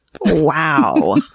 Wow